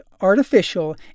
artificial